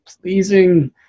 pleasing